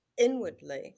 inwardly